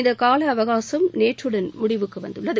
இந்த கால அவகாசம் நேற்றுடன் முடிவுக்கு வந்துள்ளது